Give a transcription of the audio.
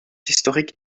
historique